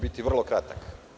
Biću vrlo kratak.